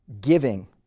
giving